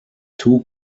too